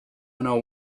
know